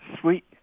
sweet